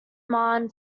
marne